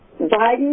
Biden